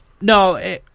No